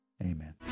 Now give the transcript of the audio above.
Amen